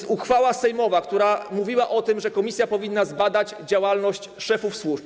Jest uchwała sejmowa, która mówi o tym, że komisja powinna zbadać działalność szefów służb.